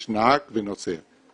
יש נהג ויש נוסע.